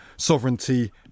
sovereignty